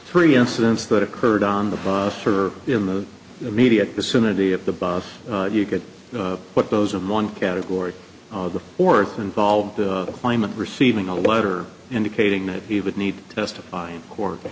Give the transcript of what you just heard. three incidents that occurred on the boss or in the immediate vicinity of the bus you could put those in one category or involve the climate receiving a letter indicating that he would need to testify in court